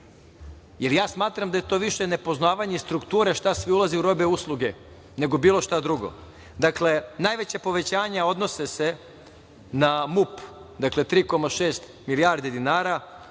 jer ja smatram da je to više nepoznavanje strukture šta sve ulazi u robe i usluge nego bilo šta drugo. Dakle, najveća povećanja odnose se na MUP, dakle 3,6 milijardi dinara,